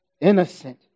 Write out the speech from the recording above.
innocent